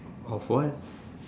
of what